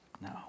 No